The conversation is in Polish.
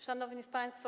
Szanowni Państwo!